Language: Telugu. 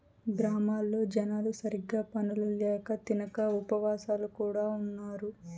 గ్రామాల్లో జనాలు సరిగ్గా పనులు ల్యాక తినక ఉపాసాలు కూడా ఉన్నారు